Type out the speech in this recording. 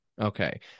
okay